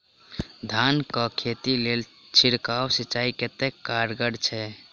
धान कऽ खेती लेल छिड़काव सिंचाई कतेक कारगर छै?